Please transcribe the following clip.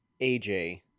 AJ